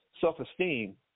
self-esteem